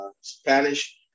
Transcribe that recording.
spanish